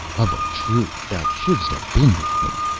of a truth thou shouldst have been with me.